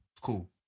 cool